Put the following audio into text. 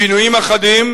שינויים אחדים,